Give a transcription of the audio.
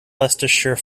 leicestershire